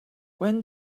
when